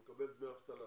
הוא מקבל דמי אבטלה,